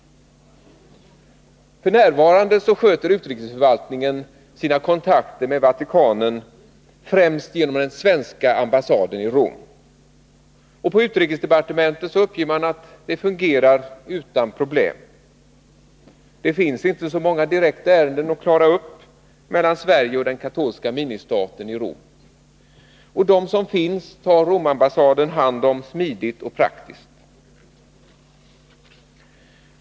F.n. sköter utrikesförvaltningen sina kontakter med Vatikanen främst genom den svenska ambassaden i Rom. På utrikesdepartementet uppger man att det fungerar utan problem. Det finns inte så många direkta ärenden att klara upp mellan Sverige och den katolska ministaten i Rom. De som finns tar Romambassaden hand om smidigt och praktiskt.